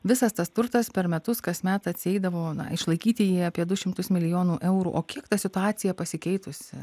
visas tas turtas per metus kasmet atsieidavo išlaikyti jį apie du šimtus milijonų eurų o kiek ta situacija pasikeitusi